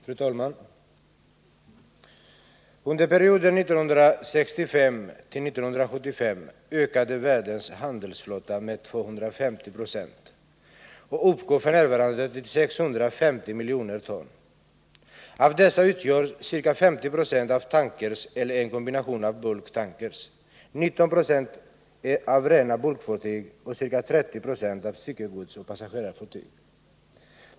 Fru talman! Under perioden 1965-1975 ökade världens handelsflotta med 250 20 och uppgår f. n. till 650 miljoner ton. Av dessa utgörs ca 50 90 av tankers eller en kombination av bulktankers, 19 90 av rena bulkfartyg och ca 30 20 av styckegodsoch passagerarfartyg.